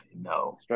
no